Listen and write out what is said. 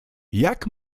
jak